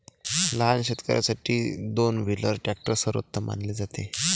लहान शेतकर्यांसाठी दोन व्हीलर ट्रॅक्टर सर्वोत्तम मानले जाते